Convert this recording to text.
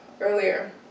earlier